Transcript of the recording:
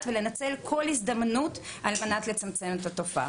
ולנצל כל הזדמנות על מנת לצמצם את התופעה.